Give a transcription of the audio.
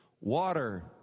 water